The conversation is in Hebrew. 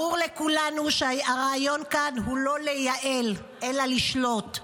ברור לכולנו שהרעיון כאן הוא לא לייעל אלא לשלוט,